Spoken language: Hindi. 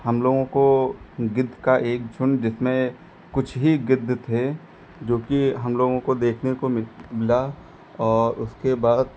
हम लोगों को गिद्ध का एक झुंड जिसमें कुछ ही गिद्ध थे जो कि हम लोगों को देखने को मिल मिला और उसके बाद